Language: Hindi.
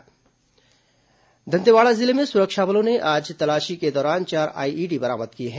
बम बरामद दंतेवाड़ा जिले में सुरक्षा बलों ने आज तलाशी के दौरान चार आईईडी बरामद किए हैं